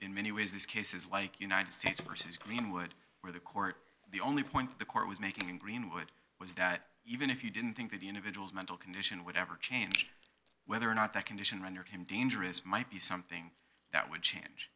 in many ways this case is like united states versus greenwood where the court the only point the court was making in greenwood was that even if you didn't think that the individual's mental condition would ever change whether or not that condition rendered him dangerous might be something that would change